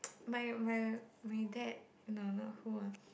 my my dad no no who ah